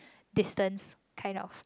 distance kind of